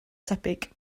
tebyg